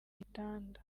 gitanda